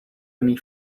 only